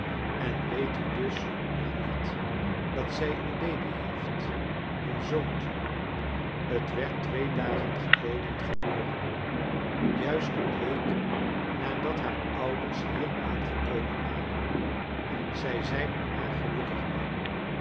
en weet u dus nog niet dat zij een baby heeft een zoontje het werd twee dagen geleden geboren juist een week nadat haar ouders hier aangekomen waren zij zijn er erg gelukkig mee